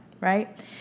right